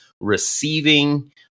receiving